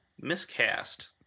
miscast